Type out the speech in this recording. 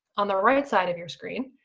on the right side of your screen,